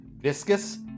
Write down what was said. viscous